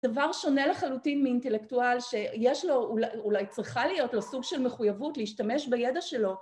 דבר שונה לחלוטין מאינטלקטואל שיש לו, אולי צריכה להיות לו סוג של מחויבות להשתמש בידע שלו